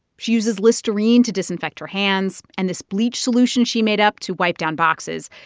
she uses listerine to disinfect her hands and this bleach solution she made up to wipe down boxes.